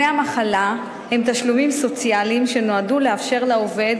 דמי המחלה הם תשלומים סוציאליים שנועדו לאפשר לעובד